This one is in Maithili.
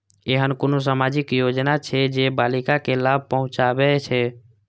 ऐहन कुनु सामाजिक योजना छे जे बालिका के लाभ पहुँचाबे छे?